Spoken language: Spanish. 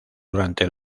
durante